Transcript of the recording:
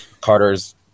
Carter's